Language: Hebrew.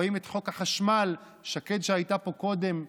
רואים את חוק החשמל, שקד, שהייתה פה קודם,